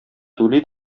түли